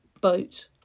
boat